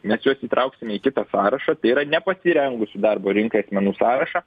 mes juos įtrauksime į kitą sąrašą tai yra nepasirengusių darbo rinkai asmenų sąrašą